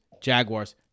Jaguars